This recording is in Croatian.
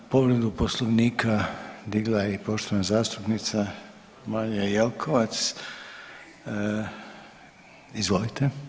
Povredu Poslovnika digla je i poštovana zastupnica Marija Jelkovac, izvolite.